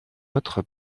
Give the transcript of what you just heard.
autre